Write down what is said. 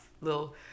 little